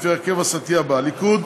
לפי ההרכב הסיעתי הבא: מטעם הליכוד,